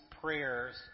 prayers